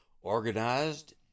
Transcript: organized